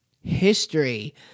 history